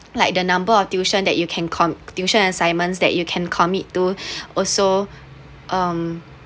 like the number of tuition that you can com~ tuition assignments that you can commit to also um